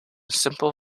simple